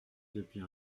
depuis